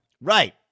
Right